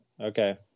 okay